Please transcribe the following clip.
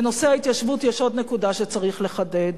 בנושא ההתיישבות יש עוד נקודה שצריך לחדד,